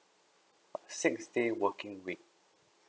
six day working week